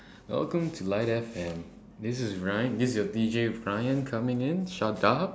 welcome to live F_M this is Ryan this is your D_J Ryan coming in shut up